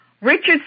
Richard